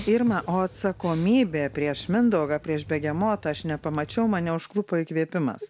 irma o atsakomybė prieš mindaugą prieš begemotą aš nepamačiau mane užklupo įkvėpimas